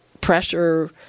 pressure